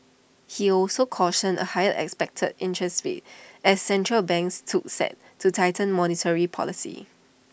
he also cautioned of higher expected interest rates as central banks took set to tighten monetary policy